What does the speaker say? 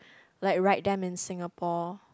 like ride them in Singapore